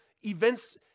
events